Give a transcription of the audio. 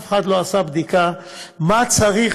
אף אחד לא עשה בדיקה מה צריך